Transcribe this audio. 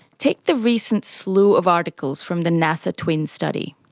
take the recent slew of articles from the nasa twin study.